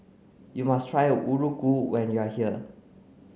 you must try Muruku when you are here